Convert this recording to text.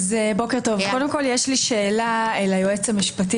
קודם כל יש לי שאלה ליועץ המשפטי